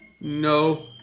no